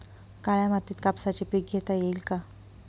काळ्या मातीत कापसाचे पीक घेता येईल का?